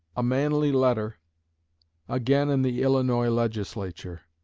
a manly letter again in the illinois legislature